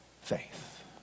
faith